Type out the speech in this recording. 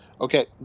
Okay